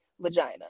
vagina